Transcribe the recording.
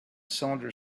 cylinder